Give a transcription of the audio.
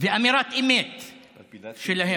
ואמירת אמת שלהם.